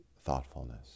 thoughtfulness